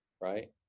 right